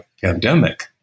pandemic